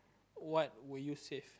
what would you save